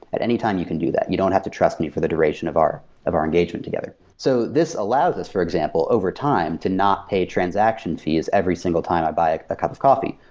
at any time, you can do that. you don't have to trust me for the duration of our of our engagement together. so this allows us, for example, overtime to not pay transaction fees every single time i buy a cup of coffee.